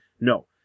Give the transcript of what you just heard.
No